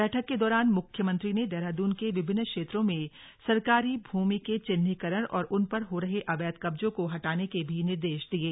बैठक के दौरान मुख्यमंत्री ने देहरादून के विभिन्न क्षेत्रों में सरकारी भूमि के चिन्हीकरण और उन पर हो रहे अवैध कब्जों को हटाने के भी निर्देश दिये